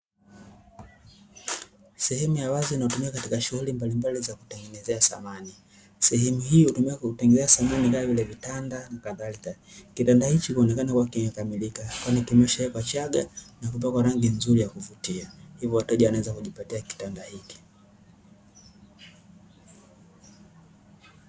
Sehemu ya wazi inayotumika katika shughuli mbalimbali za kutengenezea samani. Sehemu hiyo hutumika kutengeneza samani kama vile: vitanda na kadhalika. Kitanda hiki huonekana kuwa kimekamilika kwani kimeshawekwa chaga na kupakwa rangi nzuri ya kuvutia, hivyo wateja wanaweza kujipatia kitanda hiki.